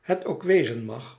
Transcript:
het ook wezen mag